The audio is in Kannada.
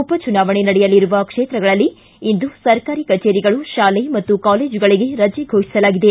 ಉಪಚುನಾವಣೆ ನಡೆಯಲಿರುವ ಕ್ಷೇತ್ರಗಳಲ್ಲಿ ಇಂದು ಸರ್ಕಾರಿ ಕಚೇರಿಗಳು ಶಾಲೆ ಮತ್ತು ಕಾಲೇಜುಗಳಿಗೆ ರಜೆ ಘೋಷಿಸಲಾಗಿದೆ